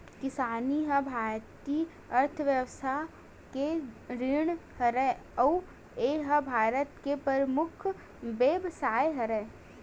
किसानी ह भारतीय अर्थबेवस्था के रीढ़ हरय अउ ए ह भारत के परमुख बेवसाय हरय